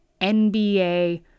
NBA